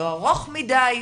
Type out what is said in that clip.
לא ארוך מדי.